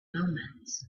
moments